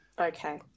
Okay